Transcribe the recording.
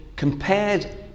compared